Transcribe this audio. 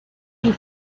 you